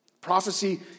Prophecy